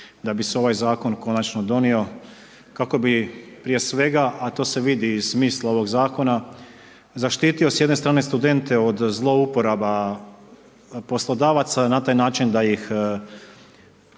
da bi se ovaj zakon konačno donio kako bi prije svega a to se vidi iz smisla ovog zakona zaštitio s jedne strane studente od zlouporaba poslodavaca na taj način da ih koriste za